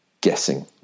guessing